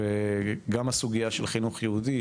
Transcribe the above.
גם הסוגיה של חינוך יהודי,